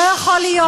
לא יכול להיות,